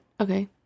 okay